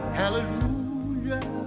hallelujah